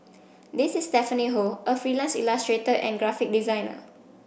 this is Stephanie Ho a freelance illustrator and graphic designer